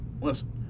listen